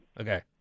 Okay